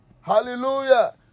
Hallelujah